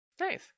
Nice